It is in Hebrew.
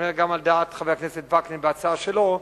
אני מניח שגם על דעת חבר הכנסת וקנין בהצעה שלו,